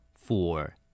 Four